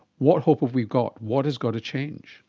what hope have we got? what has got to change?